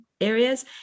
areas